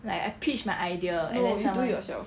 no you do yourself